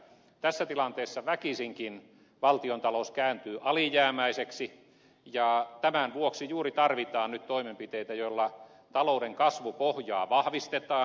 tässä tilanteessa väkisinkin valtiontalous kääntyy alijäämäiseksi ja tämän vuoksi juuri tarvitaan nyt toimenpiteitä joilla talouden kasvupohjaa vahvistetaan